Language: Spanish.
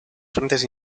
frentes